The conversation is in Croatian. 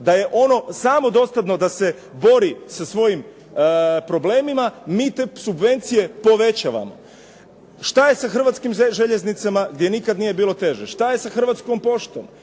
da je ono samodostatno da se bori sa svojim problemima, mi te subvencije povećavamo. Šta je sa Hrvatskim željeznicama gdje nikad nije bilo teže? Šta je sa Hrvatskom poštom?